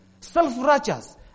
self-righteous